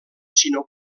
sinó